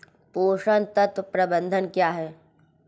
पोषक तत्व प्रबंधन क्या है?